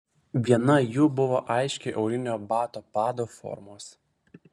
viena jų buvo aiškiai aulinio bato pado formos